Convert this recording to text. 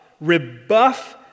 rebuff